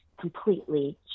completely